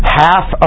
half